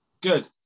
good